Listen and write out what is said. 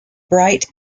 bright